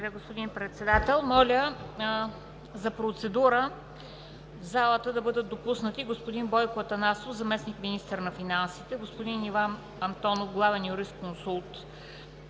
Моля за процедура в залата да бъдат допуснати господин Бойко Атанасов – заместник-министър на финансите, господин Иван Антонов – главен юрисконсулт